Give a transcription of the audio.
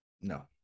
No